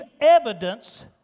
evidence